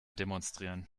demonstrieren